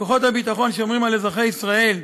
כוחות הביטחון ששומרים על אזרחי ישראל,